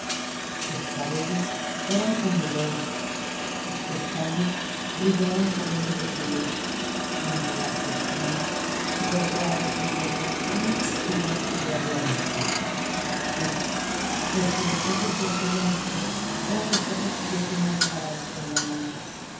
sus cabellos eran como el oro sus pestañas brillaban como hilos de luz y entre las pestañas volteaban inquietas unas pupilas que yo había visto sí porque los ojos de aquella mujer eran los ojos que yo tenía clavados en la mente